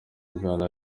bwa